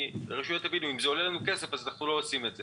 כי הרשויות יגידו: אם זה עולה לנו כסף אז אנחנו לא עושים את זה,